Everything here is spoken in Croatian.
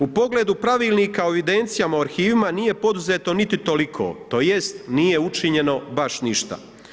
U pogledu Pravilnika o evidencijama u arhivima nije poduzeto niti toliko tj. nije učinjeno baš ništa.